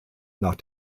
nach